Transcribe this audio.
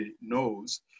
knows